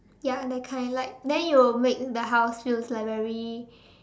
ya that kind like then you will make the house feels like very